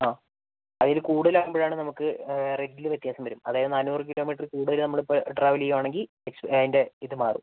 അ അതിൽ കൂടുതലാവുമ്പോഴാണ് നമുക്ക് റേററ്റിൽ വ്യത്യാസം വരും അതായത് നാന്നൂറ് കിലോമീറ്ററിൽ കൂടുതൽ നമ്മളിപ്പോൾ ട്രാവൽ ചെയ്യുവാണെങ്കിൽ എക്സ് അതിൻ്റെ ഇത് മാറും